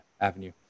avenue